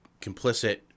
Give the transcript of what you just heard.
complicit